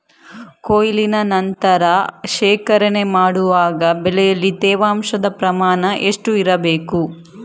ಕೊಯ್ಲಿನ ನಂತರ ಶೇಖರಣೆ ಮಾಡುವಾಗ ಬೆಳೆಯಲ್ಲಿ ತೇವಾಂಶದ ಪ್ರಮಾಣ ಎಷ್ಟು ಇರಬೇಕು?